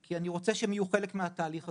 כי אני רוצה שהם יהיו חלק מהתהליך הזה.